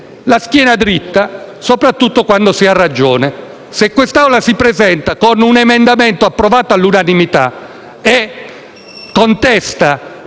la schiena dritta, soprattutto quando si ha ragione. Se quest'Assemblea si presenta con un emendamento approvato all'unanimità e contesta